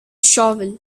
shovel